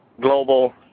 global